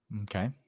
Okay